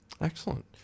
Excellent